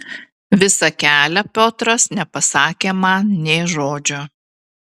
visą kelią piotras nepasakė man nė žodžio